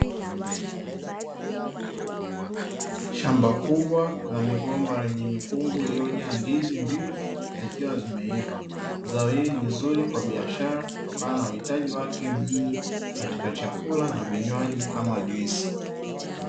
Shamba kubwa la migomba lenye mikungu iliyojaa ndizi mbivu zikiwa zimeiva. zao hili ni zuri kwa biashara kutokana na uhitaji wake mwingi katika chakula na vinywaji kama juisi.